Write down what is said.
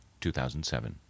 2007